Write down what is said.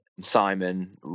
Simon